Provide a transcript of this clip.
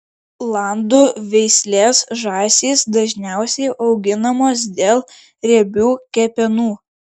landų veislės žąsys dažniausiai auginamos dėl riebių kepenų